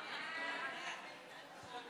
ההצעה